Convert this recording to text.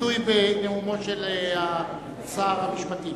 ביטוי בנאומו של שר המשפטים?